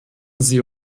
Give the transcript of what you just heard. sie